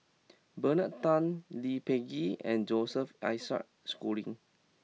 Bernard Tan Lee Peh Gee and Joseph Isaac Schooling